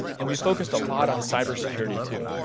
and we focused a lot on cybersecurity too.